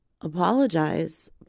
apologize